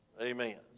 Amen